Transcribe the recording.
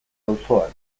auzoan